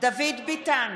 דוד ביטן,